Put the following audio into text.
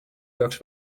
peaks